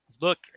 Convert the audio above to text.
look